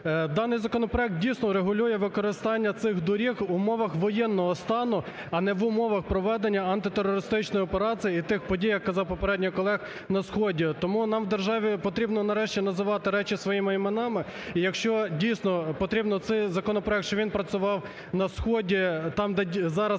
Даний законопроект, дійсно, регулює використання цих доріг в умовах воєнного стану, а не в умовах проведення антитерористичної операції і тих подій, як казав попередній колега, на сході. Тому нам в державі потрібно нарешті називати речі своїми іменами. І якщо, дійсно, потрібно цей законопроект, щоб він працював на сході, там, де зараз